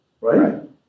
Right